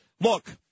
look